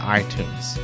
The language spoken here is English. iTunes